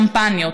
שמפניות,